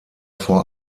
vor